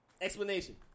explanation